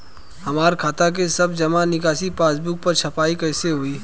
हमार खाता के सब जमा निकासी पासबुक पर छपाई कैसे होई?